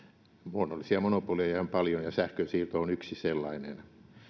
luonnollisia monopoleja on paljon ja sähkönsiirto on yksi sellainen